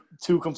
two